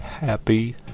happy